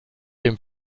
dem